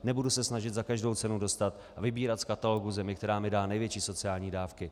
Nebudu se snažit za každou cenu dostat a vybírat z katalogu zemí, která mi dá největší sociální dávky.